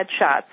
headshots